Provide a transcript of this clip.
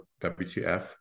WTF